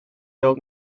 old